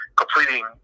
completing